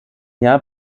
jahr